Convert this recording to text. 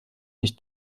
nicht